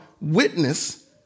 witness